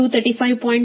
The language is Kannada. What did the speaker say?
33 ಕೋನ 4